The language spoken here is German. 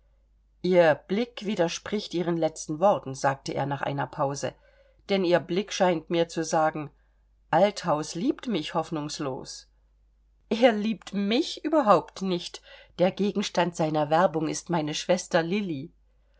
ihr blick widerspricht ihren letzten worten sagte er nach einer pause denn ihr blick scheint mir zu sagen althaus liebt mich hoffnungslos er liebt mich überhaupt nicht der gegenstand seiner werbung ist meine schwester lilli